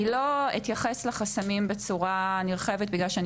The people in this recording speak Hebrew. אני לא אתייחס לחסמים בצורה נרחבת בגלל שאני